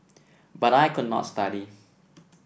but I could not study